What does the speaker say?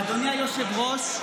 אדוני היושב-ראש,